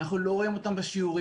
אנחנו לא רואים אותם בשיעורים.